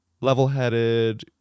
level-headed